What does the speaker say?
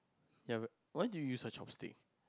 ya but why do you use a chopstick